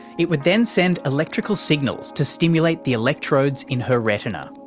it would then send electrical signals to stimulate the electrodes in her retina.